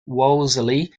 wolseley